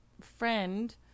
friend